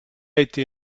été